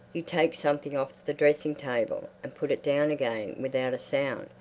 you take something off the dressing-table and put it down again without a sound.